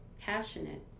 passionate